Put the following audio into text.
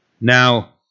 Now